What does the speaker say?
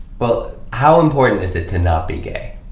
well, how important is it to not be gay,